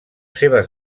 seves